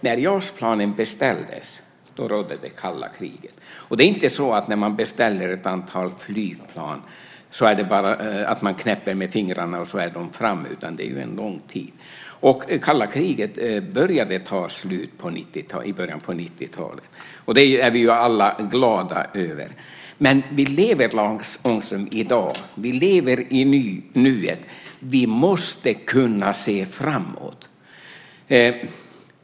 När JAS-planen beställdes rådde det kalla kriget. Det är inte så när man beställer ett antal flygplan att man knäpper med fingrarna och så är de framme. Det är ju en lång tid. Kalla kriget började ta slut i början på 90-talet. Det är vi alla glada över. Men vi lever, Lars Ångström, i dag. Vi lever i nuet. Vi måste kunna se framåt.